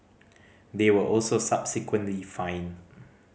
they were also subsequently fined